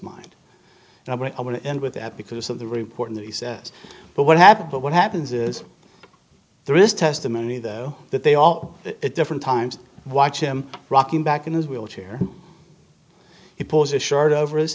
mind and i'm going to end with that because of the reporting that he says but what happened but what happens is there is testimony though that they all at different times watch him rocking back in his wheelchair he poses a shirt over his